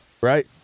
right